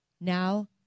Now